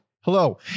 hello